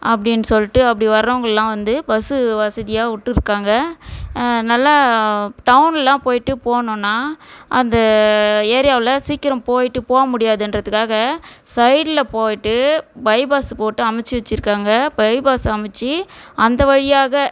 அப்படின் சொல்லிட்டு அப்படி வர்றவர்களுக்குலாம் வந்து பஸ்ஸு வசதியாக விட்டுருக்காங்க நல்லா டவுனெலாம் போய்விட்டு போகணுன்னா அந்த ஏரியாவில் சீக்கிரம் போய்விட்டு போக முடியாதுகிறதுக்காக சைடில் போய்விட்டு பைப்பாஸு போட்டு அமைத்து வச்சுருக்காங்க பைப்பாஸு அமைத்து அந்த வழியாக